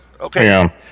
okay